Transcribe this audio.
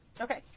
Okay